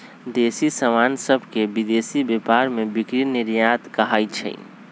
देसी समान सभके विदेशी व्यापार में बिक्री निर्यात कहाइ छै